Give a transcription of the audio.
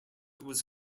was